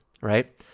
right